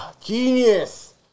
Genius